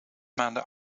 maanden